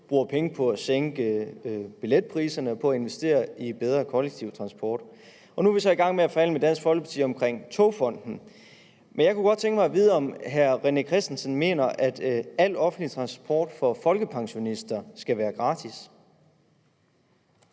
bruger penge på at sænke billetpriserne op på at investere i bedre kollektiv transport. Og nu er vi så i gang med at forhandle med Dansk Folkeparti om Togfonden. Men jeg kunne godt tænke mig at vide, om hr. René Christensen mener, at al offentlig transport for folkepensionister skal være gratis.